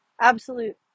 Absolute